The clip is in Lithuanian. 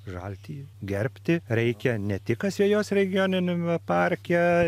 žaltį gerbti reikia ne tik asvejos regioniniame parke